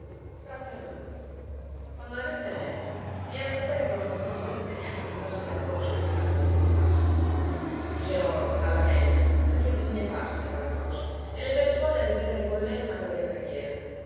sarà per domani quando le mette a letto viene a sapere che non sono solite neanche di farsi la croce prima d'addormentarsi dice loro alla meglio perché bisogna farsela la croce e le persuade a ripetere con lei una breve preghiera